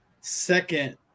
second